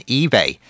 eBay